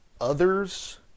others